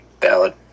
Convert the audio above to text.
Valid